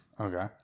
okay